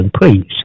Please